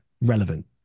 relevant